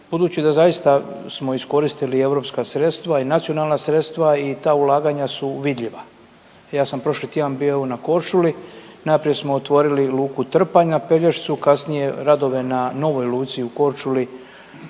budući da zaista smo iskoristili europska sredstva i nacionalna sredstva i ta ulaganja su vidljiva. Ja sam prošli tjedan bio na Korčuli, najprije smo otvorili luku Trpanj na Pelješcu, kasnije radove na novoj luci u Korčuli